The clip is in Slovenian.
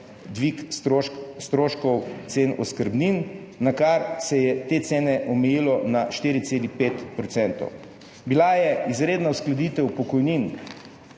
dvig stroškov cen oskrbnin, nakar se je te cene omejilo na 4,5 %. Bila je izredna uskladitev pokojnin,